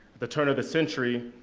the turn of the century,